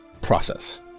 process